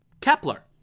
Kepler